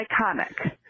iconic